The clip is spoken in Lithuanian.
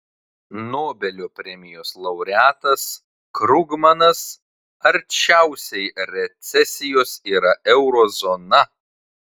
nobelio premijos laureatas krugmanas arčiausiai recesijos yra euro zona